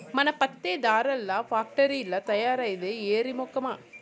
మన పత్తే దారాల్ల ఫాక్టరీల్ల తయారైద్దే ఎర్రి మొకమా